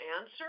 answer